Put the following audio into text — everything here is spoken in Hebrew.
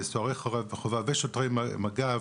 סוהרי חובה ושוטרי מג"ב,